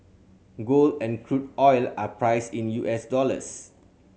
gold and crude oil are priced in U S dollars